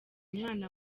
umwana